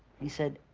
he said,